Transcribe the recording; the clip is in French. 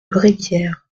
bréguières